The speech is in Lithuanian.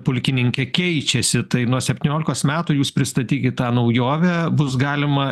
pulkininke keičiasi tai nuo septyniolikos metų jūs pristatykit tą naujovę bus galima